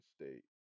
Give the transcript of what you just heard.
State